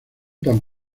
tan